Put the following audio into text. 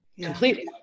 completely